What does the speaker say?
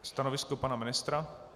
Stanovisko pana ministra?